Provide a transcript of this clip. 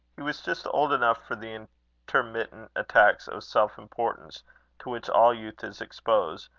he was just old enough for the intermittent attacks of self-importance to which all youth is exposed,